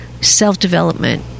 self-development